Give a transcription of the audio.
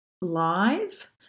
live